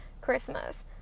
Christmas